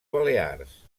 balears